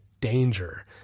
danger